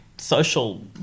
social